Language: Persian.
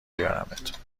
بیارمت